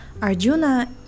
Arjuna